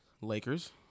Lakers